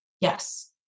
Yes